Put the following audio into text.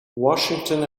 washington